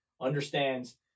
understands